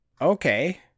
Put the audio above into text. Okay